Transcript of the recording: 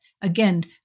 again